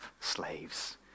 slaves